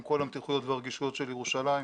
עם כל המתיחויות והרגישות של ירושלים,